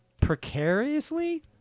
precariously